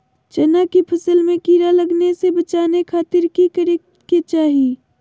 चना की फसल में कीड़ा लगने से बचाने के खातिर की करे के चाही?